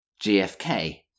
GFK